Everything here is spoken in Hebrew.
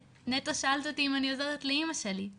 נטו, שאלת אותי אם אני עוזרת לאימא שלי.